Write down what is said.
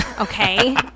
Okay